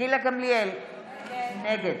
גילה גמליאל, נגד